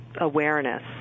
Awareness